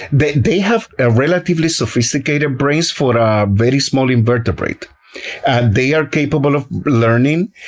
they they have ah relatively sophisticated brains for a very small invertebrate, and they are capable of learning.